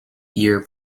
year